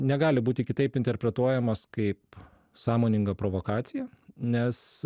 negali būti kitaip interpretuojamas kaip sąmoninga provokacija nes